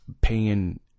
paying